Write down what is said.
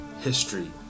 history